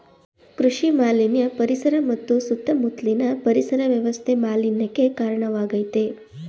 ಕೃಷಿ ಮಾಲಿನ್ಯ ಪರಿಸರ ಮತ್ತು ಸುತ್ತ ಮುತ್ಲಿನ ಪರಿಸರ ವ್ಯವಸ್ಥೆ ಮಾಲಿನ್ಯಕ್ಕೆ ಕಾರ್ಣವಾಗಾಯ್ತೆ